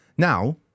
Now